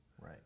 Right